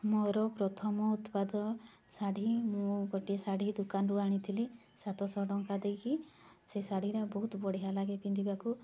ମୋର ପ୍ରଥମ ଉତ୍ପାଦ ଶାଢ଼ୀ ମୁଁ ଗୋଟିଏ ଶାଢ଼ୀ ଦୋକାନରୁ ଆଣିଥିଲି ସାତଶହ ଟଙ୍କା ଦେଇକି ସେ ଶାଢ଼ୀଟା ବହୁତ ବଢ଼ିଆ ଲାଗେ ପିନ୍ଧିବାକୁ